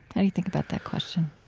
and you think about that question?